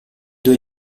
due